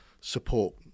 support